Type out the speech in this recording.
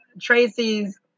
Tracy's